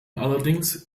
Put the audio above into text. allerdings